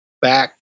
back